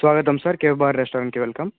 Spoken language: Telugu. స్వాగతం సార్ కేఫ్ బార్ రెస్టారంట్కి వెల్కమ్